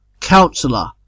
Counselor